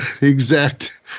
exact